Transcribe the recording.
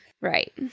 Right